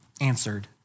answered